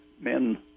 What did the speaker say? men